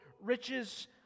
riches